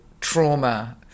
trauma